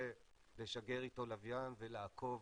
לשגר איתו לוויין ולעקוב.